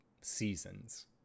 seasons